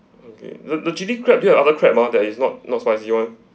okay the the chili crab do you have other crab ah that is not not spicy [one]